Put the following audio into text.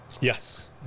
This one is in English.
Yes